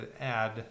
add